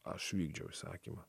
aš vykdžiau įsakymą